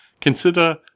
consider